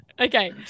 Okay